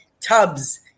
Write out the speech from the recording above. tubs